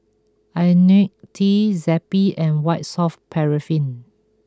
Ionil T Zappy and White Soft Paraffin